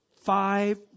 five